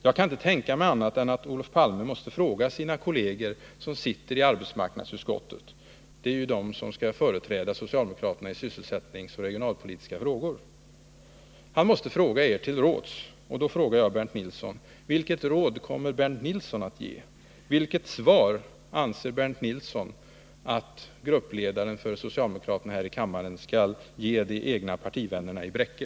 Jag kan inte tänka mig annat än att Olof Palme måste fråga sina kolleger i arbetsmarknadsutskottet till råds — det är ju de som skall företräda socialdemokraterna i sysselsättningsoch regionalpolitiska frågor. Jag frågar därför Bernt Nilsson vilket råd han kommer att ge Olof Palme. Vilket svar anser Bernt Nilsson att gruppledaren för socialdemokraterna här i riksdagen skall ge de egna partivännerna i Bräcke?